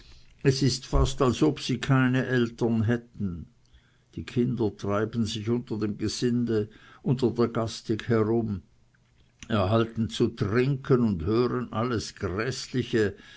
es ist fast als ob diese keine eltern hätten die kinder treiben sich unter dem gesinde unter der gastig herum erhalten zu trinken und hören alles gräßliche